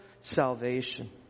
salvation